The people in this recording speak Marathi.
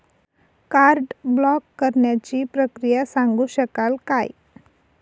कार्ड ब्लॉक करण्याची प्रक्रिया सांगू शकाल काय?